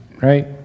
right